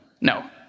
no